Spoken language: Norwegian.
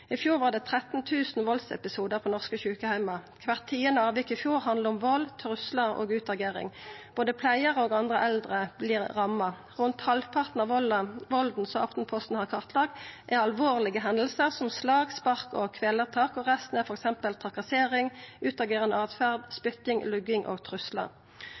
I fjor var det 13 000 valdsepisodar på norske sjukeheimar. Kvart tiande avvik i fjor handla om vald, trugslar og utagering. Både pleiarar og andre eldre vert ramma. Rundt halvparten av valden som Aftenposten har kartlagt, er alvorlege hendingar som slag, spark og kvelartak. Resten er f.eks. trakassering, utagerande åtferd, spytting, lugging og